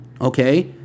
Okay